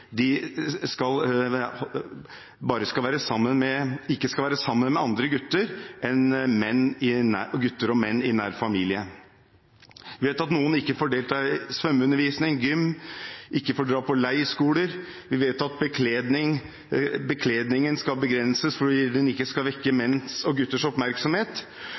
ikke skal være sammen med andre gutter og menn enn gutter og menn i nær familie. Vi vet at noen ikke får delta i svømmeundervisning, i gymnastikk, ikke får dra på leirskole. Vi vet at bekledningen skal begrenses fordi den ikke skal vekke menns og gutters oppmerksomhet.